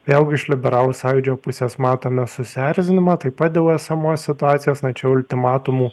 vėl iš liberalų sąjūdžio pusės matome susierzinimą taip pat dėl esamos situacijos na čia ultimatumų